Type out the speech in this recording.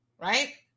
right